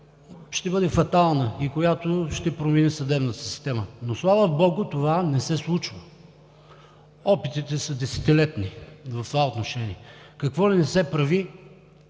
ще бъде фатална и която ще промени съдебната система. Но, слава богу, това не се случва. Опитите са десетилетни в това отношение. Какво ли не се правѝ,